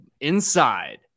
Inside